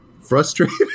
frustrated